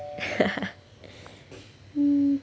hmm